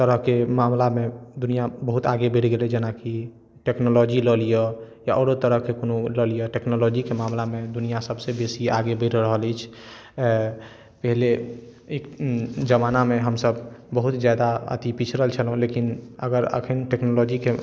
तरहके मामिलामे दुनिआ बहुत आगे बढ़ि गेल अछि जेनाकि टेक्नोलॉजी लए लिअ या औरो तरहके कोनो लए लिअ टेक्नोलॉजीके मामिलामे दुनिआ सबसँ बेसी आगे बढ़ि रहल अछि पहिले जमानामे हम सभ बहुत जादा अथि पिछड़ल छलहुँ लेकिन अगर एखन टेक्नोलॉजीके